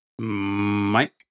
Mike